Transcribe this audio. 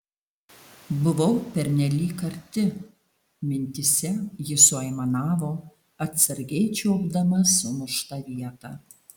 buvau pernelyg arti mintyse ji suaimanavo atsargiai čiuopdama sumuštą vietą